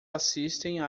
assistem